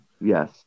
Yes